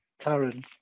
Karen